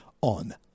on